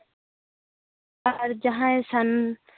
ᱟᱨ ᱡᱟᱦᱟᱸᱭ ᱥᱟᱱ